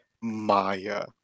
Maya